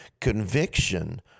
Conviction